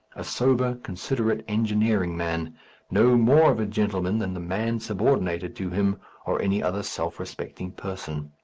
a sober, considerate, engineering man no more of a gentleman than the man subordinated to him or any other self-respecting person.